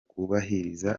kubahiriza